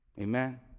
amen